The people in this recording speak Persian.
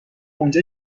اونجا